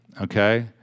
okay